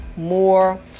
More